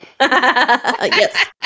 Yes